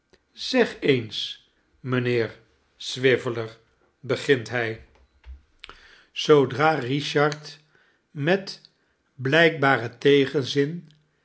zeg eens mijnheer swiveller begint hij kit voor den reciiter zoodra richard met blijkbaren tegenzin